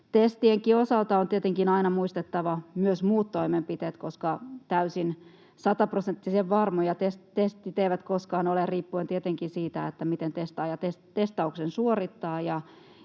Testienkin osalta on tietenkin aina muistettava myös muut toimenpiteet, koska täysin sataprosenttisen varmoja testit eivät koskaan ole riippuen tietenkin siitä, miten testaaja testauksen suorittaa,